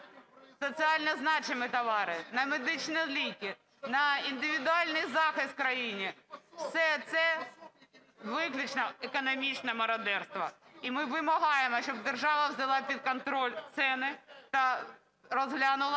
соціально значущі товари, на медичні ліки, на індивідуальний захист в країні – все це виключно економічне мародерство. І ми вимагаємо, щоб держава взяла під контроль ціни та розглянула